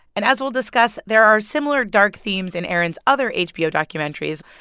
and as we'll discuss, there are similar dark themes in erin's other hbo documentaries.